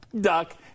Duck